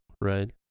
right